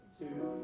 Two